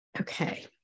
Okay